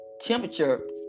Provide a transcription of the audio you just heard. temperature